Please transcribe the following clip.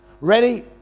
Ready